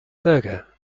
berger